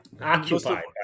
occupied